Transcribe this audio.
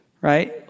Right